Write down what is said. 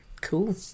Cool